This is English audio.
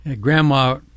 grandma